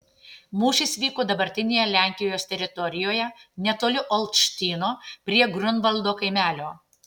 mūšis vyko dabartinėje lenkijos teritorijoje netoli olštyno prie griunvaldo kaimelio